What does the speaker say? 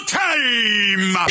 time